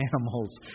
animals